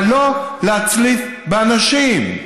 אבל לא להצליף באנשים,